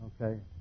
Okay